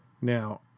Now